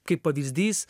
kaip pavyzdys